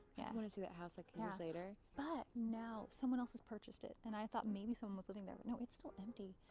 want to see that house like yeah later. but now someone else has purchased it. and i thought maybe someone was living there, but no, it's still empty.